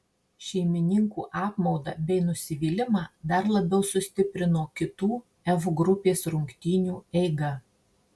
šeimininkų apmaudą bei nusivylimą dar labiau sustiprino kitų f grupės rungtynių eiga